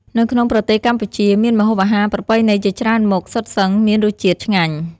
នៅក្នុងប្រទេសកម្ពុជា មានម្ហូបអាហារប្រពៃណីជាច្រើនមុខសុទ្ធសឹងមានរសជាតិឆ្ងាញ់។